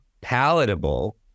palatable